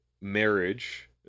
marriage